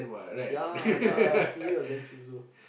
ya ya Siri was damn true also